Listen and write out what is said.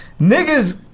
Niggas